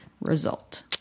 result